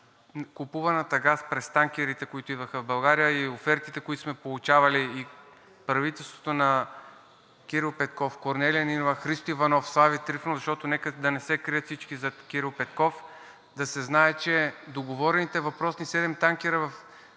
купувания газ през танкерите, които идваха в България, а и офертите, които сме получавали – правителството на Кирил Петков, Корнелия Нинова, Христо Иванов, Слави Трифонов – защото нека да не се крият всички зад Кирил Петков, да се знае, че договорените въпросни седем танкера в този